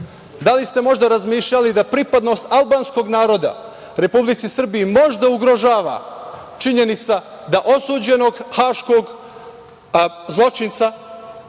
li ste možda razmišljali da pripadnost albanskog naroda Republici Srbiji možda ugrožava činjenica da osuđenog haškog zločinca